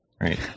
right